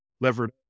Levered